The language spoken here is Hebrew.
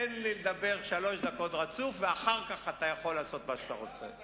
תן לי לדבר שלוש דקות רצוף ואחר כך אתה יכול לעשות מה שאתה רוצה.